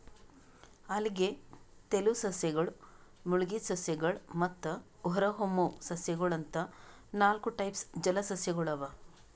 ಅಲ್ಗೆ, ತೆಲುವ್ ಸಸ್ಯಗಳ್, ಮುಳಗಿದ್ ಸಸ್ಯಗಳ್ ಮತ್ತ್ ಹೊರಹೊಮ್ಮುವ್ ಸಸ್ಯಗೊಳ್ ಅಂತಾ ನಾಲ್ಕ್ ಟೈಪ್ಸ್ ಜಲಸಸ್ಯಗೊಳ್ ಅವಾ